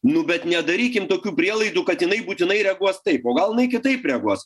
nu bet nedarykim tokių prielaidų kad jinai būtinai reaguos taip o gal jinai kitaip reaguos